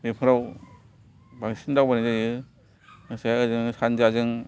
बेफ्राव बांसिन दावबायनो गोसोआ जादों सानजाजों